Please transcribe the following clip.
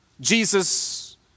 Jesus